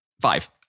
Five